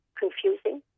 confusing